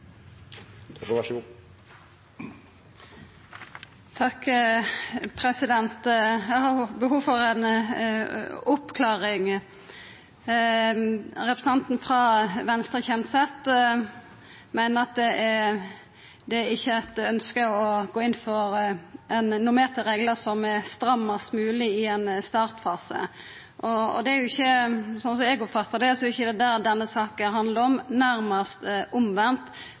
Eg har behov for ei oppklaring. Representanten frå Venstre, Kjenseth, seier at dei ikkje ønskjer å gå inn for normerte reglar som er så stramme som mogleg, i ein startfase. Sånn som eg oppfattar det, er det ikkje det denne saka handlar om – det er nærmast omvendt